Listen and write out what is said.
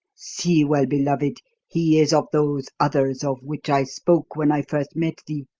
see, well-beloved, he is of those others of which i spoke when i first met thee.